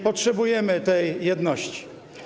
Potrzebujemy tej jedności.